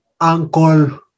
uncle